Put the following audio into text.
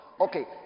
Okay